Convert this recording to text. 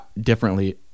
differently